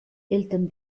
eltern